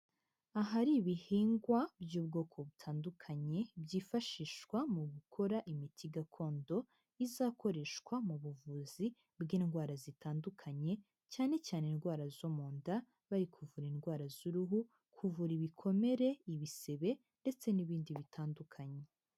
Ahari ibihingwa by'ubwoko butandukanye, byifashishwa mu gukora imiti gakondo izakoreshwa mu buvuzi bw'indwara zitandukanye, cyane cyane indwara zo mu nda, bari kuvura indwara z'uruhu, kuvura ibikomere, ibisebe ndetse n'ibindi bitandukanye.